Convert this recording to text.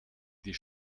die